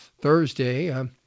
Thursday